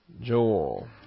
Joel